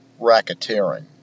racketeering